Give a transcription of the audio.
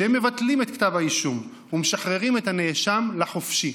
שהם מבטלים את כתב האישום ומשחררים את הנאשם לחופשי.